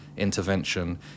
intervention